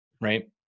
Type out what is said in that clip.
Right